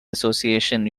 association